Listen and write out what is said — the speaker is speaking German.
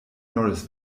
norris